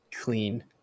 clean